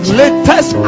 latest